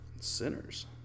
Sinners